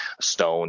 Stone